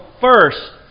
first